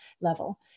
level